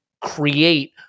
create